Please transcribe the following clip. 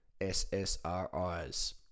SSRIs